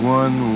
one